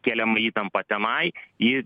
keliama įtampa tenai į